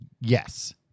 Yes